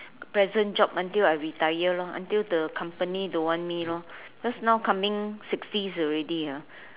present job until I retire lor until the company don't want me lor because now coming sixty already ya